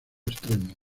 extremo